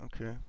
okay